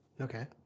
Okay